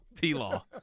T-Law